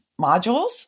modules